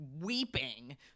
weeping